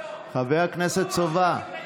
חבר הכנסת סובה.